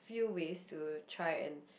few ways to try and